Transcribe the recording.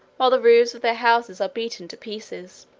while the roofs of their houses are beaten to pieces.